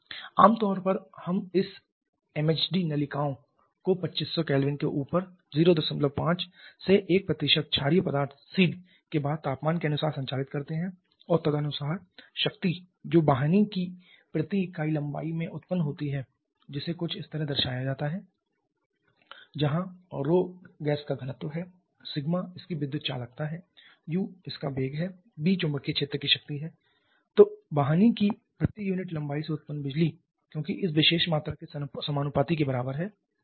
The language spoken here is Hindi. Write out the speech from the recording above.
आम तौर पर हम इस MHD नलिकाओं को 2500 K के ऊपर 05 से 1 क्षारीय पदार्थ सीड के बाद तापमान के अनुसार संचालित करते हैं और तदनुसार शक्ति जो वाहिनी की प्रति इकाई लंबाई में उत्पन्न होती है जिसे कुछ इस तरह दर्शाया जा सकता है plengthσUB2 जहां ρ गैस का घनत्व है σ इसकी विद्युत चालकता है Uइसका वेग है B चुंबकीय क्षेत्र की शक्ति है तो वाहिनी की प्रति यूनिट लंबाई से उत्पन्न बिजली क्योंकि इस विशेष मात्रा के समानुपाती के बराबर है